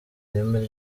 ireme